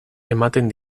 ematen